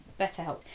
BetterHelp